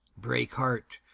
break heart,